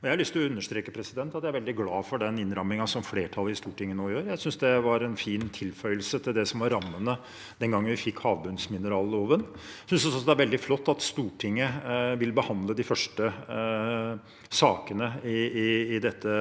til å understreke at jeg er veldig glad for den innrammingen som flertallet i Stortinget nå gjør. Jeg synes det var en fin tilføyelse til det som var rammene den gangen vi fikk havbunnsmineralloven, og jeg synes også det er veldig flott at Stortinget vil behandle de første sakene i dette